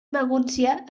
magúncia